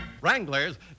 Wranglers